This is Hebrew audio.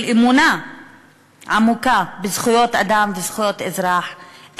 של אמונה עמוקה בזכויות אדם וזכויות אזרח,